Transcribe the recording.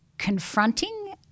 confronting